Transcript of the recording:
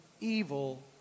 evil